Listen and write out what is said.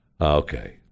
Okay